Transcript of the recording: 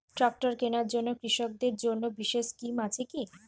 Tractor কেনার জন্য কৃষকদের জন্য বিশেষ স্কিম আছে কি?